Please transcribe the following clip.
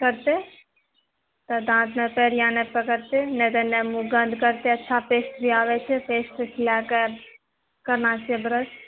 करितै तऽ दाँतमे पेड़िया नहि पकड़तै नहि तऽ मुँहनहि गन्ध करितै अच्छा पेस्ट जे आबै छै पेस्ट लेकऽ करना छै ब्रश